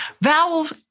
Vowels